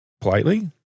politely